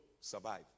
survive